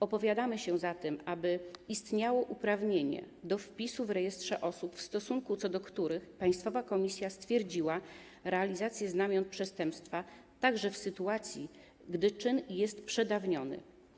Opowiadamy się za tym, aby istniało uprawnienie do wpisu w rejestrze osób, w stosunku do których państwowa komisja stwierdziła realizację znamion przestępstwa, także w sytuacji gdy czyn jest przedawniony.